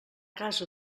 casa